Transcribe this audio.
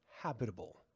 habitable